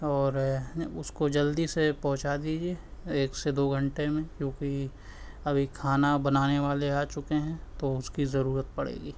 اور اس کو جلدی سے پہنچا دیجیے ایک سے دو گھنٹے میں کیونکہ ابھی کھانا بنانے والے آ چکے ہیں تو اس کی ضرورت پڑے گی